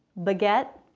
baguette,